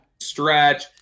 stretch